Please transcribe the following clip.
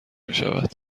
میشود